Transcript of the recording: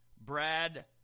Brad